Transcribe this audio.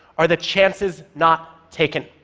are the chances not taken.